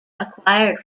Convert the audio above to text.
acquired